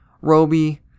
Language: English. Roby